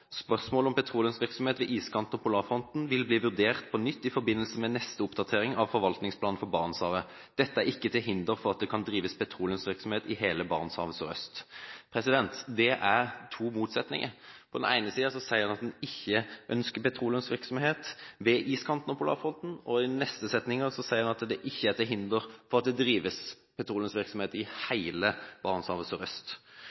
Spørsmålet om petroleumsvirksomhet ved iskanten og polarfronten vil bli vurdert på nytt i forbindelse med neste oppdatering av forvaltningsplanen for Barentshavet. Dette er ikke til hinder for at det kan drives petroleumsvirksomhet i hele Barentshavet sørøst.» Det er to motsetninger. På den ene siden sier en at en ikke ønsker petroleumsvirksomhet ved iskanten og polarfronten, og i neste setning sier en at det ikke er til hinder for at det drives petroleumsvirksomhet i